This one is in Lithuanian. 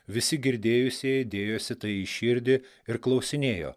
visi girdėjusieji dėjosi tai į širdį ir klausinėjo